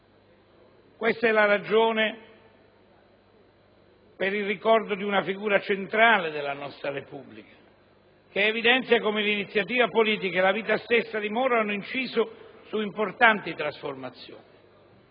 Questa è la ragione per il ricordo di una figura centrale della nostra Repubblica, che evidenzia come l'iniziativa politica e la vita stessa di Moro hanno inciso su importanti trasformazioni.